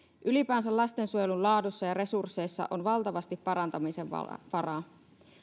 ylipäänsä lastensuojelun laadussa ja resursseissa on valtavasti parantamisen varaa